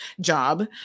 job